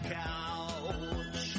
couch